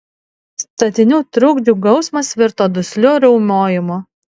statinių trukdžių gausmas virto dusliu riaumojimu